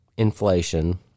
Inflation